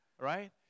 right